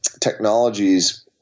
technologies